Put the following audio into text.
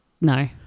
No